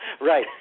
Right